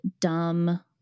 Dumb